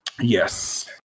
Yes